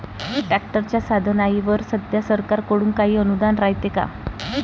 ट्रॅक्टरच्या साधनाईवर सध्या सरकार कडून काही अनुदान रायते का?